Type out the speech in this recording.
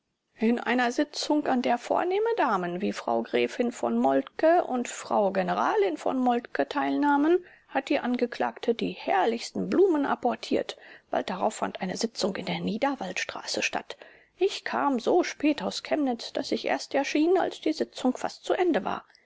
in einer sitzung an der vornehme damen wie frau gräfin v moltke und frau generalin v moltke teilnahmen hat die angeklagte die herrlichsten blumen apportiert bald darauf fand eine sitzung in der niederwallstraße statt ich kam so spät aus chemnitz daß ich erst erschien als die sitzung fast zu ende war